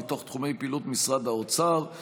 מתוך תחומי פעילות משרד האוצר,